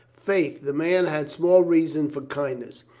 faith, the man had small reason for kindness.